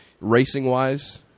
racing-wise